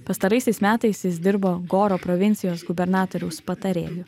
pastaraisiais metais jis dirbo goro provincijos gubernatoriaus patarėju